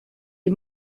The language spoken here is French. les